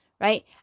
right